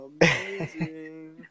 amazing